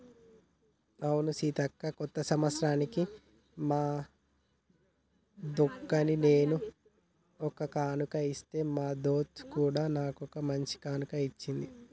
అవును సీతక్క కొత్త సంవత్సరానికి మా దొన్కి నేను ఒక కానుక ఇస్తే మా దొంత్ కూడా నాకు ఓ మంచి కానుక ఇచ్చింది